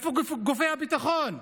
איפה גופי הביטחון?